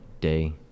day